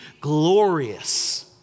glorious